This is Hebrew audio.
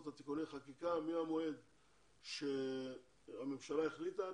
את תיקוני החקיקה מהמועד שהממשלה החליטה.